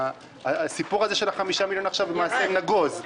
הסיפור הזה של החמישה מיליון למעשה נגוז,